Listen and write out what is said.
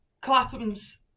Clapham's